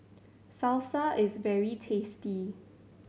salsa is very tasty